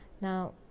Now